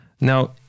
now